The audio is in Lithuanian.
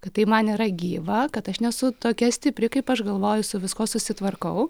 kad tai man yra gyva kad aš nesu tokia stipri kaip aš galvoju su viskuo susitvarkau